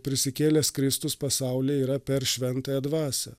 prisikėlęs kristus pasaulyje yra per šventąją dvasią